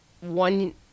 one